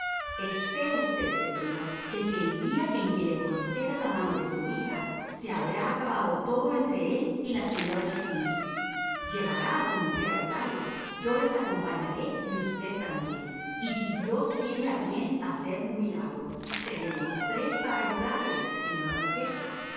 esté usted segura de que el día en que le conceda la mano de su hija se habrá acabado todo entre él y la señora chermidy llevará a su mujer a italia yo les acompañaré y usted también y si dios tiene a bien hacer un milagro seremos tres para ayudarle señora duquesa